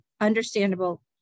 understandable